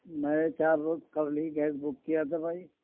میں چار روز قبل ہی گیس بک کیا تھا بھائی